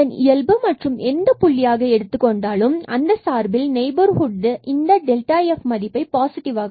இதன் இயல்பு மற்றும் எந்த புள்ளியாக எடுத்துக் கொண்டாலும் அந்த சார்பில் நெய்பர்ஹுட் இந்த மதிப்பு f பாஸிட்டிவ்